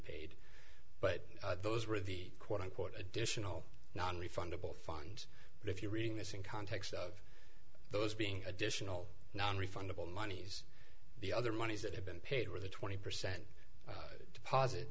paid but those were the quote unquote additional nonrefundable fund but if you're reading this in context of those being additional nonrefundable monies the other monies that have been paid for the twenty percent deposit